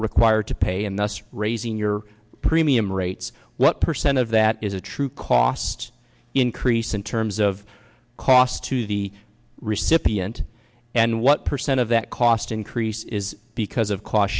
required to pay enough raising your premium rates what percent of that is a true cost increase in terms of cost to the recipient and what percent of that cost increase is because of cost